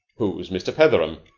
who's mr. petheram?